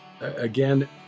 Again